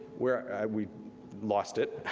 where we lost it,